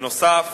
בנוסף